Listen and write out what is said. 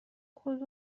کدوم